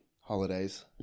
holidays